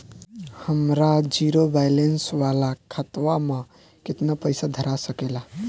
हमार zero balance वाला खतवा म केतना पईसा धरा सकेला?